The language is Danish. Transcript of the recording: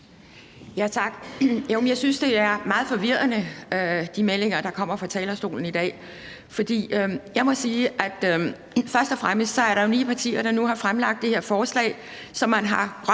Jeg synes, det er meget forvirrende meldinger, der kommer fra talerstolen i dag. For jeg må jo først og fremmest sige, at der er ni partier, som nu har fremlagt det her forslag, som man har råbt